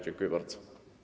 Dziękuję bardzo.